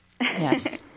Yes